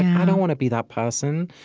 i don't want to be that person.